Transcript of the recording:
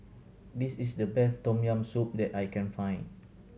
this is the best Tom Yam Soup that I can find